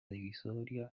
divisoria